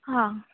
हां